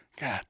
God